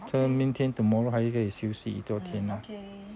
这样明天 tomorrow 还可以休息多一天啦